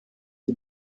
die